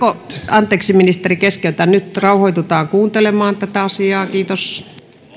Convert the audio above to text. anteeksi ministeri keskeytän nyt rauhoitutaan kuuntelemaan tätä asiaa kiitos